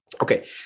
Okay